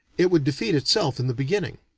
it would defeat itself in the beginning.